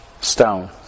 stone